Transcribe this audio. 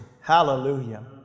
Hallelujah